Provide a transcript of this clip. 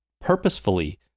purposefully